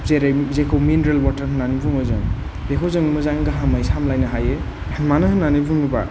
जेरै जेखौ mineral water होननानै बुङो जों बेखौ जों मोजां गाहामै सामलायनो हायो मानो होननानै बुङोबा